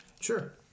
sure